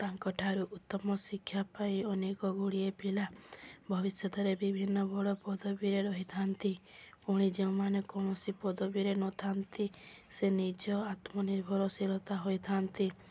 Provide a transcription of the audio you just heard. ତାଙ୍କଠାରୁ ଉତ୍ତମ ଶିକ୍ଷା ପାଇ ଅନେକ ଗୁଡ଼ିଏ ପିଲା ଭବିଷ୍ୟତରେ ବିଭିନ୍ନ ବଡ଼ ପଦବୀରେ ରହିଥାନ୍ତି ପୁଣି ଯେଉଁମାନେ କୌଣସି ପଦବୀରେ ନଥାନ୍ତି ସେ ନିଜ ଆତ୍ମନିର୍ଭରଶୀଳତା ହୋଇଥାନ୍ତି